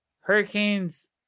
hurricanes